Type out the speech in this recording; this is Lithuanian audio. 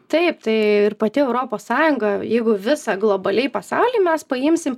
taip tai ir pati europos sąjunga jeigu visą globaliai pasaulį mes paimsim